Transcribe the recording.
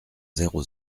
zéro